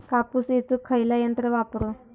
कापूस येचुक खयला यंत्र वापरू?